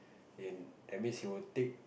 in that means he will take